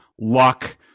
luck